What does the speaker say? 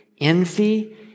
envy